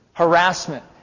Harassment